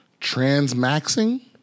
Transmaxing